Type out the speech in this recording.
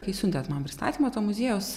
kai siuntėt man pristatymą to muziejaus